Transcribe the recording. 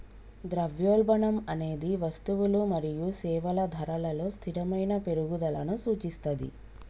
ద్రవ్యోల్బణం అనేది వస్తువులు మరియు సేవల ధరలలో స్థిరమైన పెరుగుదలను సూచిస్తది